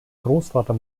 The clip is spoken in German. großvater